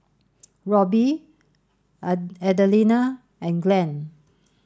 Roby Adelina and Glenn